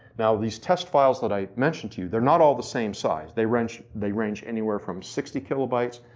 now these test files that i mentioned to you, they're not all the same size. they range they range anywhere from sixty kilobytes,